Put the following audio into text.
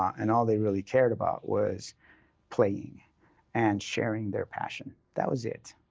and all they really cared about was playing and sharing their passion. that was it.